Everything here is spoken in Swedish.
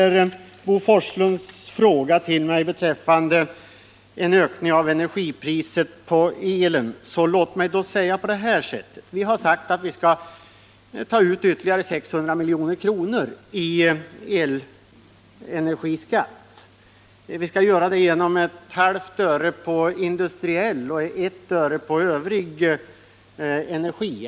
Låt mig, som svar på Bo Forslunds fråga till mig beträffande en ökning av skatten på el, säga följande: Vi har sagt att vi skall ta in ytterligare 600 milj.kr. i elenergiskatt. Vi skall göra det genom en höjning med 0,5 öre för industriell energi och 1 öre för övrig energi.